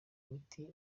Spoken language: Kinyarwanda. miti